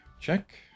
check